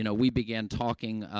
and we began talking,